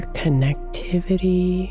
connectivity